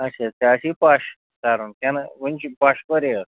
اچھا ژےٚ آسی پَش کَرُن کیٛنہہ نہٕ وٕنۍ چھی پَش کوریتھ